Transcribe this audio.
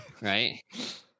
Right